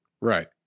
Right